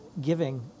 Giving